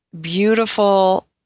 beautiful